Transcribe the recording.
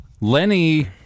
Lenny